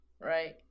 right